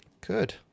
Good